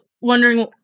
wondering